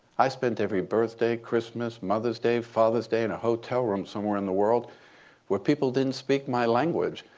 i spent every birthday, christmas, mother's day, father's day in a hotel room somewhere in the world where people didn't speak my language.